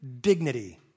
dignity